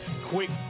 quick